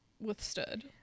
withstood